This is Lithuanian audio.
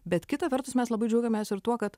bet kita vertus mes labai džiaugiamės ir tuo kad